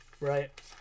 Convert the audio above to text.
right